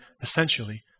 essentially